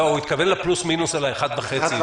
הוא התכוון לפלוס-מינוס על ה-1.5%.